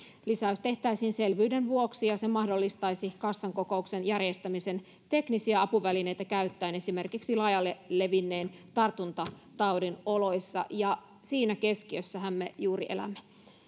lisäys tehtäisiin selvyyden vuoksi ja se mahdollistaisi kassan kokouksen järjestämisen teknisiä apuvälineitä käyttäen esimerkiksi laajalle levinneen tartuntataudin oloissa ja siinä keskiössähän me juuri elämme